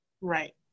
Right